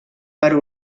per